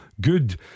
good